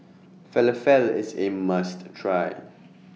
Falafel IS A must Try